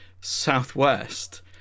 southwest